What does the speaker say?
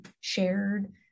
shared